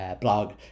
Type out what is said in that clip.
blog